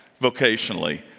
vocationally